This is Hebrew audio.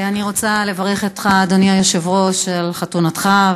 אני רוצה לברך אותך, אדוני היושב-ראש, על חתונתך.